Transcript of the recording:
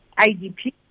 IDP